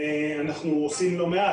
אנחנו עושים לא מעט.